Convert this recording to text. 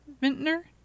vintner